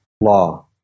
law